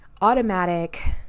automatic